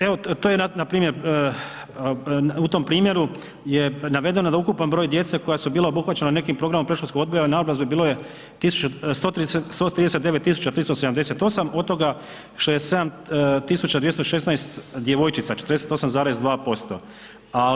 Evo, to je npr. u tom primjeru je navedeno da ukupan broj djece koje su bila obuhvaćena nekim programom predškolskog odgoja i naobrazbe bilo je 1000, 139 378, od toga 67 216 djevojčica, 48,2%